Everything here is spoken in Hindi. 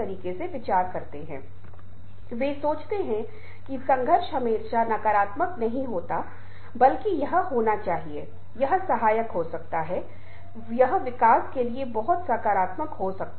फिर हम सुनने और बोलने के कौशल पर आगे बढ़े हमने मुख्य रूप से कुछ तकनीकों पर ध्यान केंद्रित किया जो बाद में सहानुभूति की अवधारणा से संबंधित हो गए